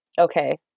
okay